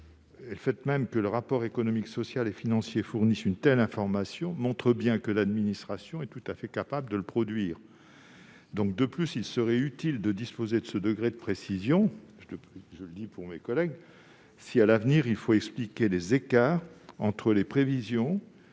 Le fait même que le rapport économique, social et financier fournisse une telle information montre bien que l'administration est tout à fait capable de la produire. De plus, il serait utile de disposer de ce degré de précision- je le dis pour mes collègues -, si, à l'avenir, il fallait expliquer les écarts entre les prévisions